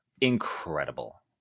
incredible